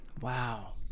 Wow